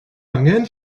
angen